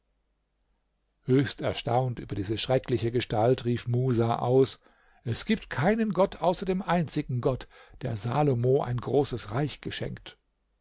höchst erstaunt über diese schreckliche gestalt rief musa aus es gibt keinen gott außer dem einzigen gott der salomo ein großes reich geschenkt